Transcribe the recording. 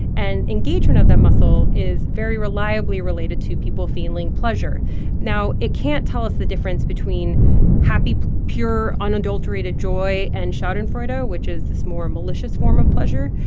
and engagement of that muscle is very reliably related to people feeling pleasure now, it can't tell us the difference between happy, pure, unadulterated joy and schadenfreude, which is this more malicious form of pleasure,